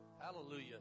Hallelujah